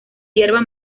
hierba